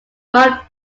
mark